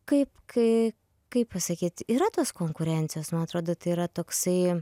kaip kai kaip pasakyt yra tos konkurencijos man atrodo tai yra toksai